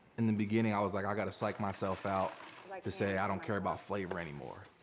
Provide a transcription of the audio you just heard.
in the beginning i was like, i gotta psych myself out like to say i don't care about flavor anymore.